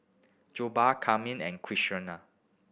Jokbal Kheema and Quesadillas